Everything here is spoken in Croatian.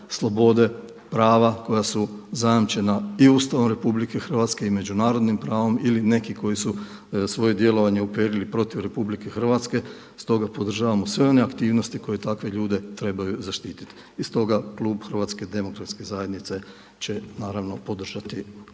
slobode, prava koja su zajamčena i Ustavom RH i i međunarodnim pravom ili neki koji su svoje djelovanje uperili protiv RH stoga podržavamo sve one aktivnosti koje takve ljude trebaju zaštititi. I stoga klub HDZ-a će naravno podržati